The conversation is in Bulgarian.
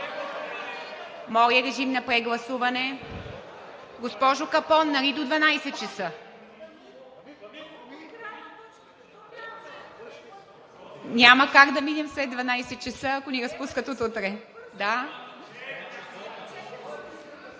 Моля, режим на прегласуване. Госпожо Капон, нали до 12 часа? Няма как да минем след 12 часа, ако ни разпускат от утре.